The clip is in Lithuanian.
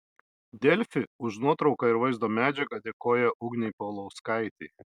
delfi už nuotrauką ir vaizdo medžiagą dėkoja ugnei paulauskaitei